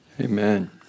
Amen